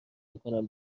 میکنن